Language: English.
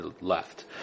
left